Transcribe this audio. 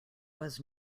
was